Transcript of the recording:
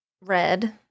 Red